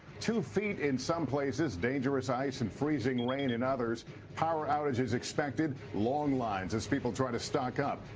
two feet in some places dangerous ice and freezing rain in others power outages expected long lines as people try to stock up.